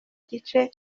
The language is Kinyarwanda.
igice